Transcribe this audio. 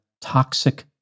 toxic